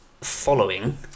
Following